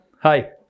hi